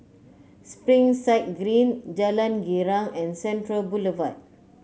Springside Green Jalan Girang and Central Boulevard